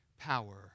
power